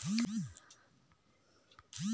का ये मा हर तिहार बर ऋण मिल जाही का?